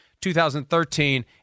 2013